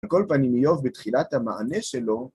על כל פנים איוב בתחילת המענה שלו